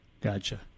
Gotcha